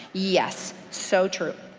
yes, so true.